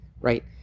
Right